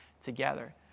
together